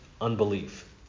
unbelief